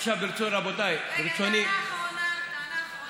טענה אחרונה.